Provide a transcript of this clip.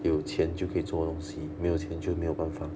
有钱就可以做东西没有钱就没有办法